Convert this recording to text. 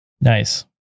Nice